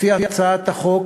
לפי הצעת החוק